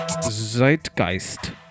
Zeitgeist